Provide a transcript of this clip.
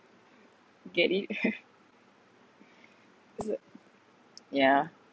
get it it's a ya